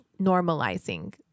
normalizing